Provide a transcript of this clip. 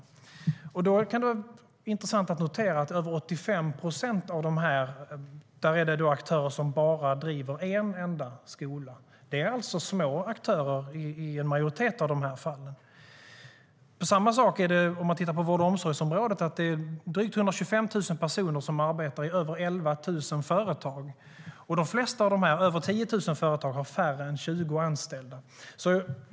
Då kan det vara intressant att notera att över 85 procent av aktörerna driver bara en enda skola. Det är alltså fråga om små aktörer i en majoritet av fallen. Detsamma är det på vård och omsorgsområdet. Drygt 125 000 personer arbetar i över 11 000 företag. Över 10 000 av dessa företag har färre än 20 anställda.